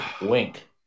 wink